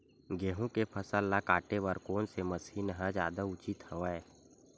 गेहूं के फसल ल काटे बर कोन से मशीन ह जादा उचित हवय?